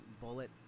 bullet